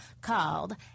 called